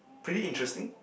pretty interesting